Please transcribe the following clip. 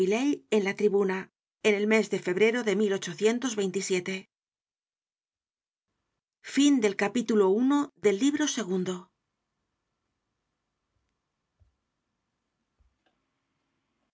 en la tribuna en el mes de febrero de